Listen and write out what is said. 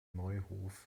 neuhof